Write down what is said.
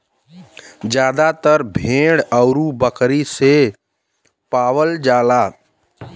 जादातर भेड़ आउर बकरी से पावल जाला